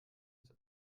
ist